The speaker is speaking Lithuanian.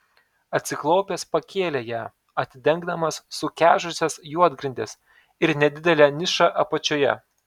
atsiklaupęs pakėlė ją atidengdamas sukežusias juodgrindes ir nedidelę nišą apačioje